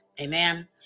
Amen